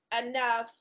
enough